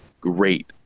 great